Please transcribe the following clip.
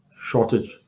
shortage